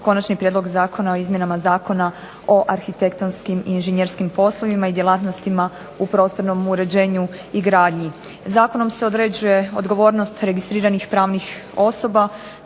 Konačni prijedlog zakona o izmjenama Zakona o arhitektonskim i inženjerskim poslovima i djelatnostima u prostornom uređenju i gradnji. Zakonom se određuje odgovornost registriranih pravnih osoba,